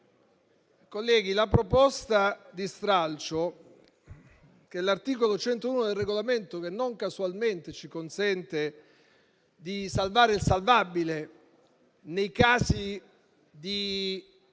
Colleghi, con la proposta di stralcio al nostro esame, l'articolo 101 del Regolamento non casualmente ci consente di salvare il salvabile nei casi di